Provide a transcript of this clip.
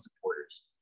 supporters